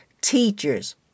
teachers